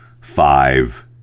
five